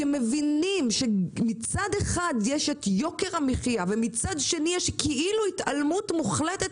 שמבינים שמצד אחד יש את יוקר המחיה ומצד שני יש כאילו התעלמות מוחלטת